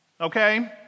Okay